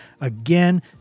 Again